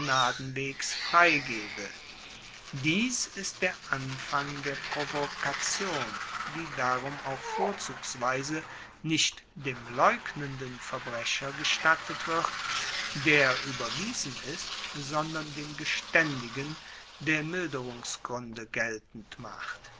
freigebe dies ist der anfang der provokation die darum auch vorzugsweise nicht dem leugnenden verbrecher gestattet wird der ueberwiesen ist sondern dem gestaendigen der milderungsgruende geltend macht